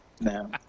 no